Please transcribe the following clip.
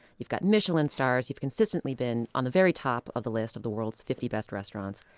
you've got michelin stars. you've consistently been on the very top of the list of the world's fifty best restaurants.